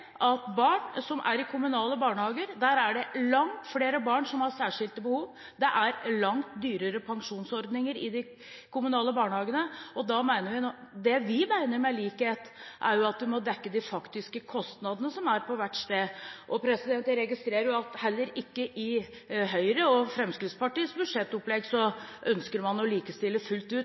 blant barn i kommunale barnehager er det langt flere barn som har særskilte behov, og det er langt dyrere pensjonsordninger i de kommunale barnehagene. Det vi mener med likhet, er at man må dekke de faktiske kostnadene som er på hvert sted. Jeg registrerer at heller ikke i Høyre og Fremskrittspartiets budsjettopplegg ønsker man å likestille fullt ut,